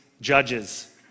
judges